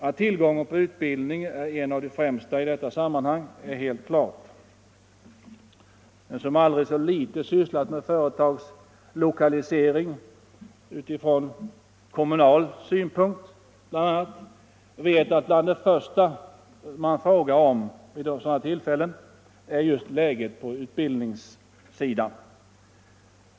Att tillgången på utbildning är en av de främsta förutsättningarna i detta sammanhang är helt klart. Den som aldrig så litet har sysslat med företagslokalisering, bl.a. från kommunal synpunkt, vet att bland det allra första man då frågar efter är just läget på utbildningssidan.